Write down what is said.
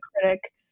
critic